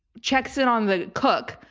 checks in on the cook,